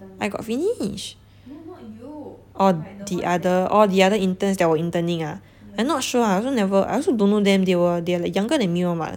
I got finish orh the other orh the other interns that were interning ah I not sure ah I also never I also don't know them they were they were younger than me [one] [what]